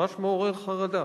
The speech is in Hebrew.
ממש מעורר חרדה.